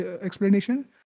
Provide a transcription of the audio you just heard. explanation